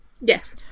Yes